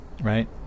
right